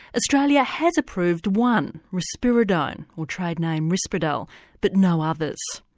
australia has approved one risperidone or trade name risperdal but no others.